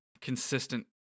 consistent